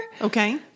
Okay